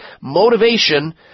motivation